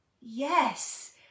yes